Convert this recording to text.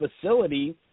facility